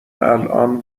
الان